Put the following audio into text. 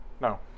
no